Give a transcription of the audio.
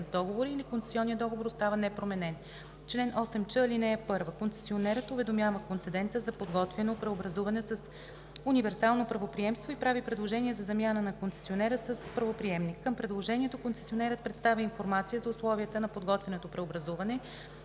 договора или концесионният договор остава непроменен. Чл. 8ч. (1) Концесионерът уведомява концедента за подготвяно преобразуване с универсално правоприемство и прави предложение за замяна на концесионера с правоприемник. Към предложението концесионерът представя информация за условията на подготвяното преобразуване,